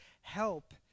help